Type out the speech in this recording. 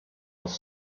was